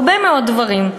הרבה מאוד דברים.